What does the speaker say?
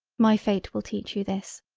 my fate will teach you this.